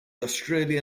australia